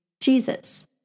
Jesus